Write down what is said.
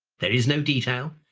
there is no detail,